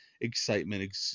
Excitement